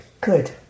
Good